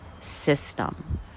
system